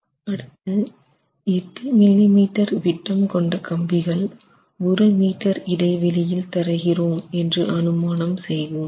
அடுத்து 8 millimetre விட்டம் கொண்ட கம்பிகள் 1 மீட்டர் இடைவெளியில் தருகிறோம் என்று அனுமானம் செய்வோம்